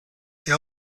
they